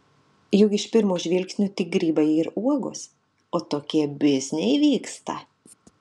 juk iš pirmo žvilgsnio tik grybai ir uogos o tokie bizniai vyksta